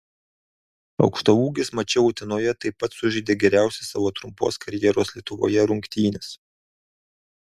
aukštaūgis mače utenoje taip pat sužaidė geriausias savo trumpos karjeros lietuvoje rungtynes